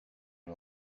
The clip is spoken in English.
him